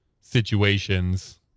situations